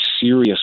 serious